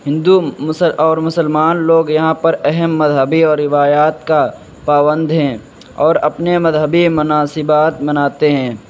ہندو مسل اور مسلمان لوگ یہاں پر اہم مذہبی اور روایات کا پابند ہیں اور اپنے مذہبی مناسبات مناتے ہیں